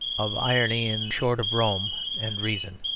of irony, in short of rome and reason,